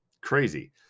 crazy